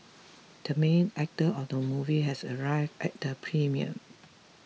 the main actor of the movie has arrived at the premiere